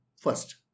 First